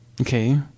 Okay